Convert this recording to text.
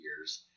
years